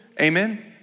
Amen